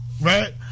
right